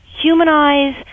humanize